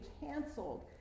canceled